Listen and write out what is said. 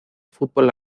fútbol